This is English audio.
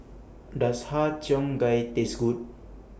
Does Har Cheong Gai Taste Good